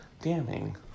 damning